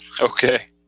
Okay